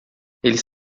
eles